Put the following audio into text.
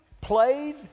played